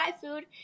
Food